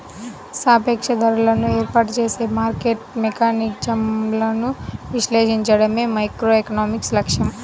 సాపేక్ష ధరలను ఏర్పాటు చేసే మార్కెట్ మెకానిజమ్లను విశ్లేషించడమే మైక్రోఎకనామిక్స్ లక్ష్యం